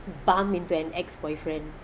bump into an ex boyfriend